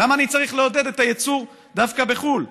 למה אני צריך לעודד את הייצור דווקא בחו"ל?